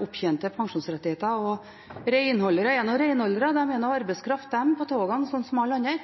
opptjente pensjonsrettigheter. Renholdere er nå renholdere, de er arbeidskraft på togene som alle andre